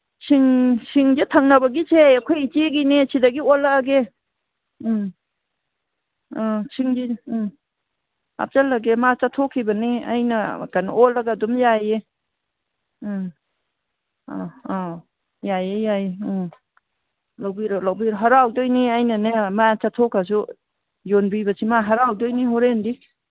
ꯁꯤꯡ ꯁꯤꯡꯁꯦ ꯊꯪꯅꯕꯒꯤꯁꯦ ꯑꯩꯈꯣꯏ ꯏꯆꯦꯒꯤꯅꯦ ꯁꯤꯗꯒꯤ ꯑꯣꯜꯂꯛꯑꯒꯦ ꯎꯝ ꯑꯥ ꯁꯤꯡꯦ ꯎꯝ ꯍꯥꯞꯆꯜꯂꯒꯦ ꯃꯥ ꯆꯠꯊꯣꯛꯈꯤꯕꯅꯤ ꯑꯩꯅ ꯀꯩꯅꯣ ꯑꯣꯜꯂꯒ ꯑꯗꯨꯝ ꯌꯥꯏꯌꯦ ꯎꯝ ꯑꯥ ꯑꯧ ꯌꯥꯏꯌꯦ ꯌꯥꯏꯌꯦ ꯎꯝ ꯂꯧꯕꯤꯔꯣ ꯂꯧꯕꯤꯔꯣ ꯍꯔꯥꯎꯗꯣꯏꯅꯤ ꯑꯩꯅꯅꯦ ꯃꯥ ꯆꯠꯊꯣꯛꯈ꯭ꯔꯁꯨ ꯌꯣꯟꯕꯤꯕꯁꯤ ꯃꯥ ꯍꯔꯥꯎꯗꯣꯏꯅꯤ ꯍꯣꯔꯦꯟꯗꯤ